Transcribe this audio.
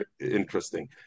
interesting